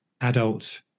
adult